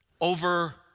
over